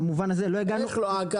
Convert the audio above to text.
הוא לא היה עקר במובן הזה --- איך לא עקר?